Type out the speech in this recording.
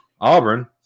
Auburn